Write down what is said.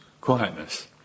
quietness